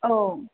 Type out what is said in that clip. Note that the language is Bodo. औ